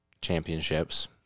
Championships